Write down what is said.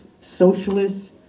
socialists